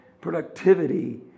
productivity